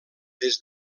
des